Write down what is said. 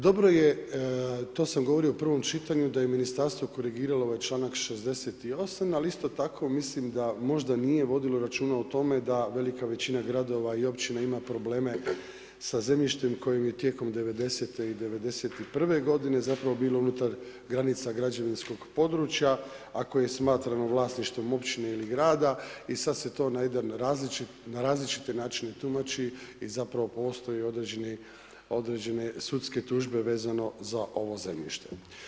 Dobro je, to sam govorio u prvom čitanju, da je ministarstvo korigiralo ovaj članak 68., ali isto tako mislim da možda nije vodilo računa o tome da velika većina gradova i općina ima probleme sa zemljištem kojem je tijekom '90. i '91. godine bilo unutar granica građevinskog područja, a koje smatramo vlasništvom općine ili grada i sad se to na jedan različit, na različite načine tumači i zapravo postoje određene sudske tužbe vezano za ovo zemljište.